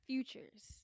Future's